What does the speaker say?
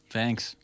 Thanks